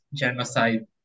genocide